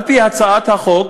על-פי הצעת החוק,